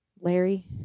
Larry